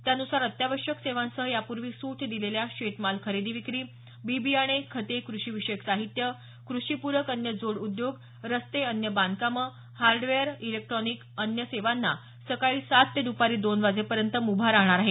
त्यानुसार अत्यावश्यक सेवांसह यापूर्वी सुट दिलेल्या शेतमाल खरेदी विक्री बि बियाणे खते कृषी विषयक साहित्य कृषीपूरक अन्य जोड उद्योग रस्ते अन्य बांधकामे हार्डवेअर इलेक्ट्रिकल अन्य सेवांना सकाळी सात ते दुपारी दोन वाजेपर्यंत मुभा राहणार आहे